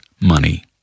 money